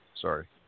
Sorry